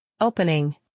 Opening